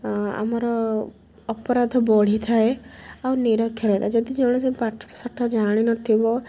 ଆମର ଅପରାଧ ବଢ଼ିଥାଏ ଆଉ ନିରକ୍ଷରତା ରହିଥାଏ ଯଦି ଜଣେ ସେ ପାଠ ଶାଠ ଜାଣି ନଥିବ